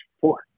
four